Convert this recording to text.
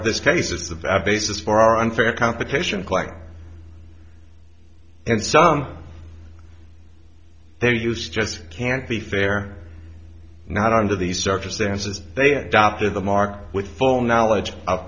of this case is the basis for our unfair competition quite and some their use just can't be fair not under these circumstances they adopted the mark with full knowledge of